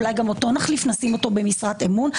אולי גם אותו נחליף ונשים אותו במשרת אמון?